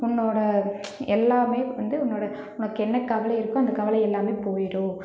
உன்னோட எல்லாமே வந்து உன்னோட உனக்கு என்ன கவலை இருக்கோ அந்த கவலை எல்லாமே போய்விடும்